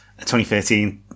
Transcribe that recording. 2013